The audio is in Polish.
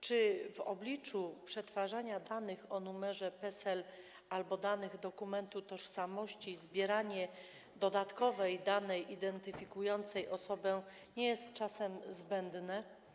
Czy w obliczu przetwarzania danych o numerze PESEL albo danych z dokumentu tożsamości zbieranie dodatkowej danej identyfikującej osobę nie jest czasem zbędne?